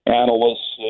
analysts